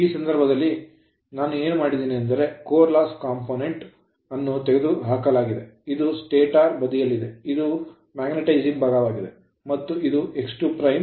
ಈ ಸಂದರ್ಭದಲ್ಲಿ ನಾವು ಏನು ಮಾಡಿದ್ದೇವೆ ಎಂದರೆ core loss component core loss component ಅನ್ನು ತೆಗೆದುಹಾಕಲಾಗಿದೆ ಇದು stator ಸ್ಟಾಟರ್ ಬದಿಯಲ್ಲಿದೆ ಇದು magnetizing ಮ್ಯಾಗ್ನೆಟೈಸಿಂಗ್ ಭಾಗವಾಗಿದೆ ಮತ್ತು ಇದು x2 ಇದು r2 s